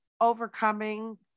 overcoming